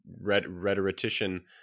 rhetorician